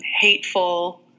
hateful